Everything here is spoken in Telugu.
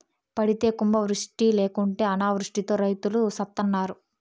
పడితే కుంభవృష్టి లేకుంటే అనావృష్టితో రైతులు సత్తన్నారు